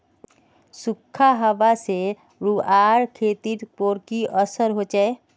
सुखखा हाबा से रूआँर खेतीर पोर की असर होचए?